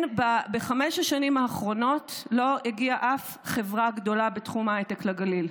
בחמש השנים האחרונות לא הגיעה אף חברה גדולה בתחום ההייטק לגליל.